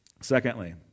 Secondly